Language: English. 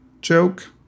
joke